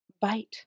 bite